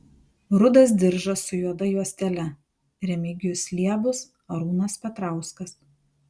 rudas diržas su juoda juostele remigijus liebus arūnas petrauskas